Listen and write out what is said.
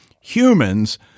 humans